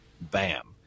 bam